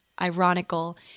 ironical